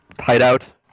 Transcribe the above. hideout